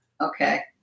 Okay